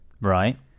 Right